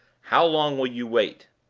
how long will you wait?